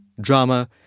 drama